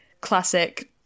Classic